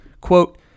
Quote